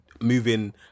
moving